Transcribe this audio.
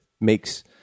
makes